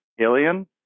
alien